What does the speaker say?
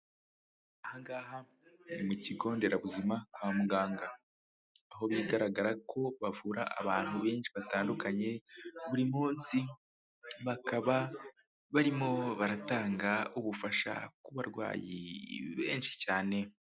Aha ngaha ni mu kigo nderabuzima kwa muganga, aho bigaragara ko bavura abantu benshi batandukanye buri munsi bakaba barimo baratanga ubufasha ku barwayi benshi cyane.